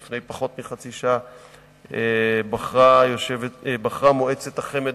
לפני פחות מחצי שעה בחרה מועצת החמ"ד